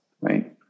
right